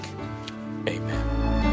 amen